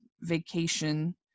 vacation